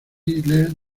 les